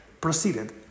proceeded